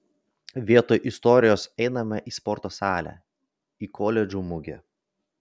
vietoj istorijos einame į sporto salę į koledžų mugę